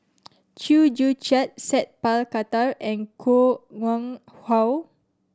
Chew Joo Chiat Sat Pal Khattar and Koh Nguang How